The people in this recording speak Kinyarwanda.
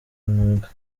umwuga